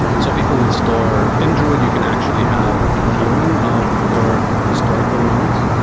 and so people would store in druid, you can actually have tiering of your historical nodes.